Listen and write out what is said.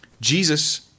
Jesus